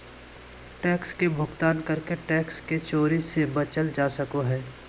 tax के भुगतान करके टैक्स के चोरी से बचल जा सको हय